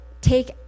take